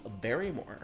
Barrymore